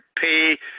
pay